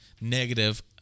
negative